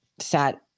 sat